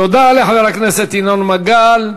תודה לחבר הכנסת ינון מגל.